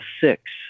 six